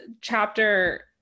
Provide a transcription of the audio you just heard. chapter